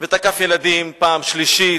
ותקף ילדים פעם שלישית.